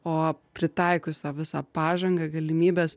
o pritaikius tą visą pažangą galimybes